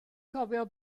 cofio